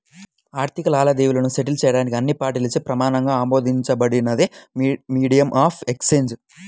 ఆర్థిక లావాదేవీలను సెటిల్ చేయడానికి అన్ని పార్టీలచే ప్రమాణంగా ఆమోదించబడినదే మీడియం ఆఫ్ ఎక్సేంజ్